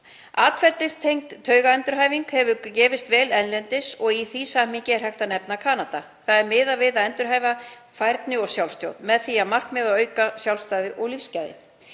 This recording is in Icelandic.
Atferlistengd taugaendurhæfing hefur gefist vel erlendis, í því samhengi er hægt að nefna Kanada. Það er miðað við að endurhæfa færni og sjálfstjórn með því markmiði að auka sjálfstæði og lífsgæði.